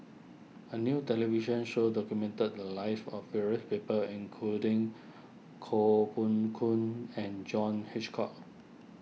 a new television show documented the lives of various people including Koh Poh Koon and John Hitchcock